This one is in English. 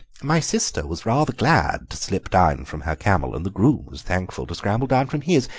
my sister was rather glad to slip down from her camel, and the groom was thankful to scramble down from his.